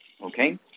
Okay